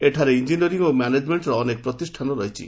ଏଠାରେ ଇଞ୍ଞିନିୟରିଂ ଓ ମ୍ୟାନେଜମେଣ୍ଟର ଅନେକ ପ୍ରତିଷାନ ରହିଛି